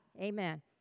Amen